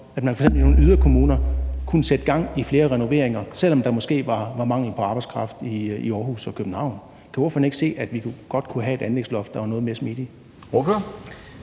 at man i nogle yderkommuner kunne sætte gang i nogle flere renoveringer, selv om der var mangel på arbejdskraft i Aarhus og København. Kan ordføreren ikke se, at vi godt kunne have et anlægsloft, der var noget mere smidigt?